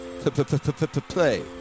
Play